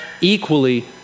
equally